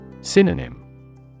Synonym